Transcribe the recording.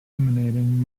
emanating